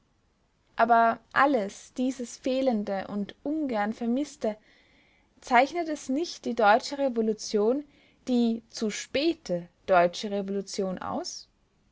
aber alles dieses fehlende und ungern vermißte zeichnet es nicht die deutsche revolution die zu späte deutsche revolution aus